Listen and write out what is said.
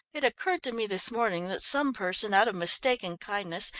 it occurred to me this morning that some person, out of mistaken kindness,